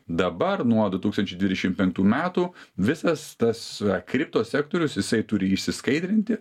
dabar nuo du tūkstančiai dvidešim penktų metų visas tas kripto sektorius jisai turi išsiskaidrinti